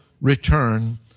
return